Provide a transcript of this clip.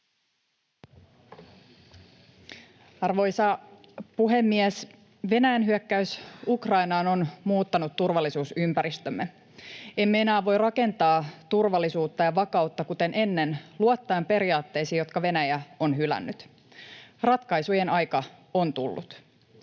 Arvoisa puhemies! Venäjän hyökkäys Ukrainaan on muuttanut turvallisuusympäristömme. Emme enää voi rakentaa turvallisuutta ja vakautta kuten ennen luottaen periaatteisiin, jotka Venäjä on hylännyt. Ratkaisujen aika on tullut.